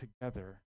together